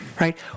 right